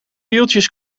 wieltjes